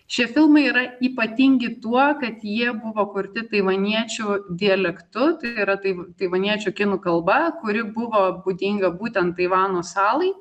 šie filmai yra ypatingi tuo kad jie buvo kurti taivaniečių dialektu tai yra taip taivaniečių kinų kalba kuri buvo būdinga būtent taivano salai